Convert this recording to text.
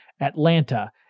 Atlanta